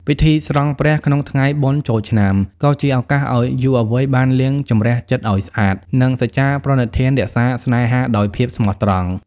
ពិធី "ស្រង់ព្រះ" ក្នុងថ្ងៃបុណ្យចូលឆ្នាំ ក៏ជាឱកាសឱ្យយុវវ័យបានលាងជម្រះចិត្តឱ្យស្អាត និងសច្ចាប្រណិធានរក្សាស្នេហាដោយភាពស្មោះត្រង់។